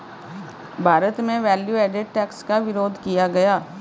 भारत में value added tax का विरोध किया गया